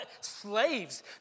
slaves